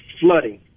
flooding